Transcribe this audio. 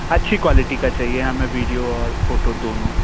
अच्छी क्वालिटी का चाहिए हमें वीडियो और फ़ोटो दोनों